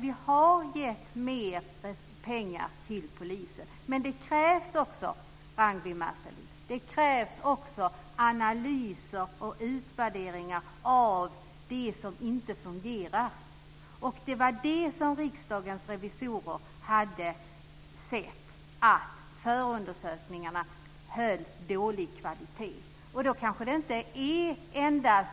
Vi har gett mer pengar till polisen, men det krävs också, Ragnwi Marcelind, analyser och utvärderingar av det som inte fungerar. Riksdagens revisorer hade sett att förundersökningarna höll dålig kvalitet. Då kanske det inte endast handlar om